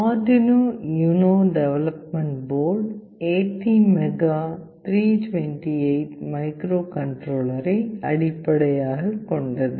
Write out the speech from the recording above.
Arduino Uno development board ATmega 328 மைக்ரோகண்ட்ரோலரை அடிப்படையாகக் கொண்டது